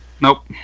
nope